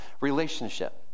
relationship